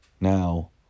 Now